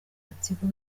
gatsiko